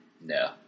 No